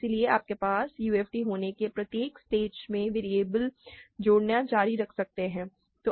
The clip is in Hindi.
इसलिए आपके पास UFD होने के प्रत्येक स्टेज में वेरिएबल जोड़ना जारी रख सकते हैं